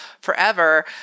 forever